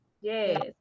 Yes